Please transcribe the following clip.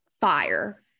fire